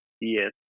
Yes